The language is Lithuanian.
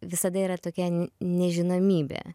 visada yra tokia nežinomybė